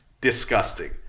disgusting